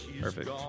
Perfect